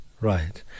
right